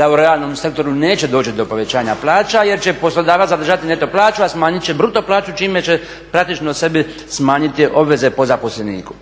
da u realnom sektoru neće doći do povećanja plaća jer će poslodavac zadržati neto plaću a smanjit će bruto plaću čime će praktično sebi smanjiti obveze po zaposleniku.